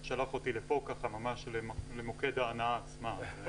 אז שלח אותי לפה, ככה ממש למוקד ההנאה עצמה.